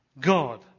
God